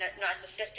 narcissistic